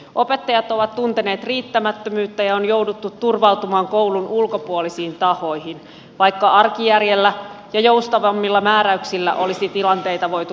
opettajat ovat tunteneet riittämättömyyttä ja on jouduttu turvautumaan koulun ulkopuolisiin tahoihin vaikka arkijärjellä ja joustavammilla määräyksillä olisi tilanteita voitu ratkaista